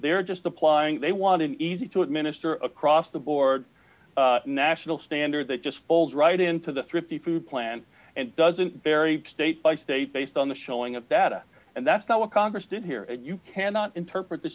they're just applying they want an easy to administer across the board national standard that just falls right into the thrifty food plan and doesn't vary state by state based on the showing of data and that's not what congress did here and you cannot interpret